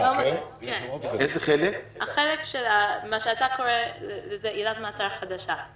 הכוונה היא לחלק שאתה קורא לו עילת מעצר חדשה.